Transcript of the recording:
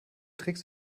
trägst